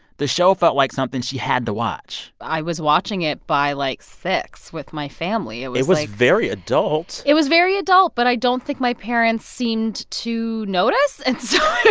the show felt like something she had to watch i was watching it by, like, six with my family. it was like. it was very adult it was very adult, but i don't think my parents seemed to notice. and so.